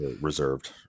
Reserved